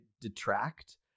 detract